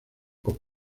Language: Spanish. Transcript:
con